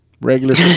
regular